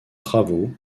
travaux